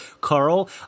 Carl